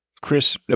Chris